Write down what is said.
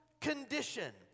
condition